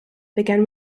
began